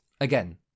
again